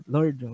Lord